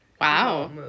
Wow